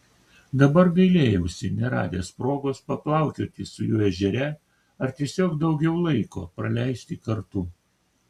dabar gailėjausi neradęs progos paplaukioti su juo ežere ar tiesiog daugiau laiko praleisti kartu